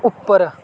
ਉੱਪਰ